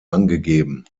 angegeben